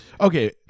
okay